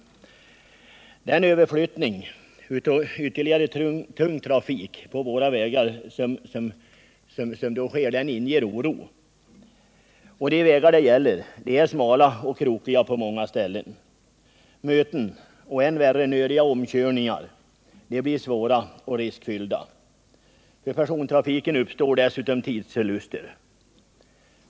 En överflyttning av ytterligare tung trafik till våra vägar inger oro. De vägar det gäller är smala och krokiga på många ställen. Möten och — än värre — nödiga omkörningar blir svåra och riskfyllda. För persontrafiken uppstår dessutom tidsförluster.